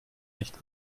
nicht